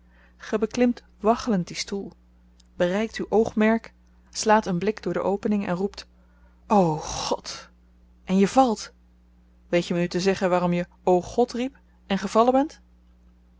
ge beklimt waggelend dien stoel bereikt uw oogmerk slaat een blik door de opening en roept o god en je valt weet je me nu te zeggen waarom je o god riep en gevallen bent